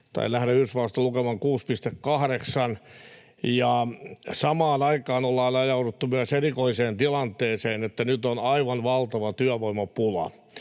tai lähinnä Yhdysvalloista lukema on 6,8 — samaan aikaan on ajauduttu erikoiseen tilanteeseen, että nyt on myös aivan valtava työvoimapula.